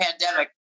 pandemic